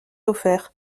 offert